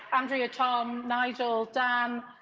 andrea, tom, nigel, dan,